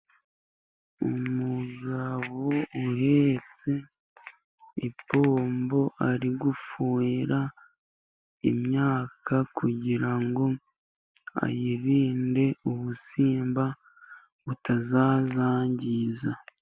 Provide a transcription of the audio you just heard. Umugabo uhetse ipombo ari gufuhira imyaka, kugirango ayirinde ubusimba butazayangiza.